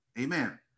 Amen